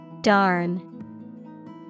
Darn